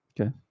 Okay